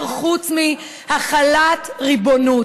מעולם לא אמרתי משהו אחר חוץ מהחלת ריבונות.